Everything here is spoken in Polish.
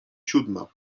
siódma